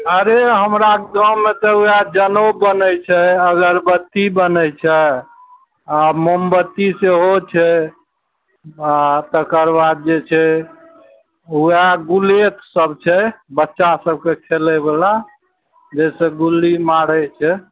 अरे हमरा गाँवमे तऽ वएह जनउ बनय छै अगरबत्ती बनय छै आओर मोमबत्ती सेहो छै आओर तकर बाद जे छै वएह गुलेट सब छै बच्चा सबके खेलयवला जैसे गुल्ली मारय छै